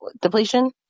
depletion